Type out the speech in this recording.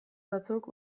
batzuk